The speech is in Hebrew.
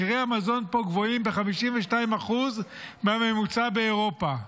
מחירי המזון פה גבוהים ב-52% מהממוצע באירופה.